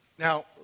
Now